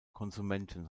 konsumenten